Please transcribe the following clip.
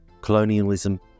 colonialism